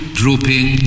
drooping